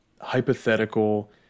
hypothetical